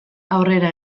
aurrera